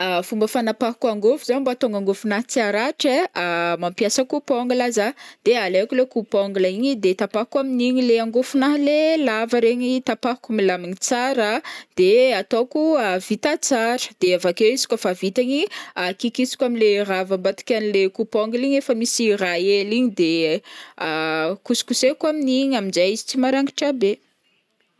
Fomba fanapahako angôfo zao mba ahatonga angôfonahy tsy haratra ai mampiasa coupe ongle zah de alaiko le coupe ongle igny de tapahako amin'igny le angôfonahy le lava regny tapahako milaminy tsara de ataoko a- vita tsara de avake izy kaofa vita igny a- kikisako am'le raha avy ambadika an'le coupe ongle igny efa misy raha hely igny de kosokosehiko amin'igny amin'kay izy tsy marangitra be.